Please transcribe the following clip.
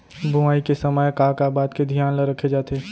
बुआई के समय का का बात के धियान ल रखे जाथे?